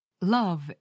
Love